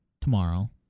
tomorrow